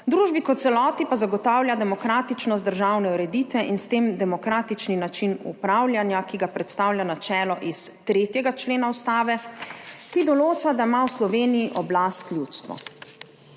družbi kot celoti pa zagotavlja demokratičnost državne ureditve in s tem demokratični način upravljanja, ki ga predstavlja načelo iz 3. člena Ustave, ki določa, da ima v Sloveniji oblast ljudstvo.